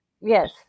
Yes